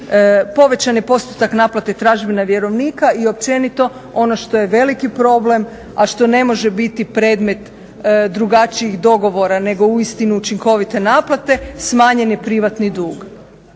Povećan je postotak naplate tražbine vjerovnika. I općenito ono što je veliki problem a što ne može biti predmet drugačijih dogovora nego uistinu učinkovite naplate smanjen je privatni dug.